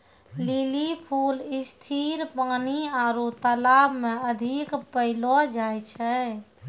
lily फूल स्थिर पानी आरु तालाब मे अधिक पैलो जाय छै